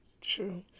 true